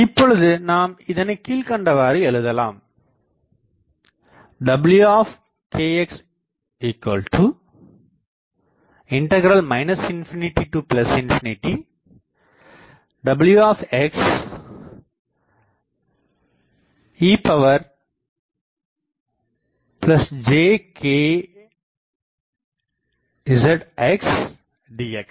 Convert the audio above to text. இப்பொழுது நாம் இதனைக்கீழ்கண்டவாறு எழுதலாம் W ∞∞ w ejkxxdx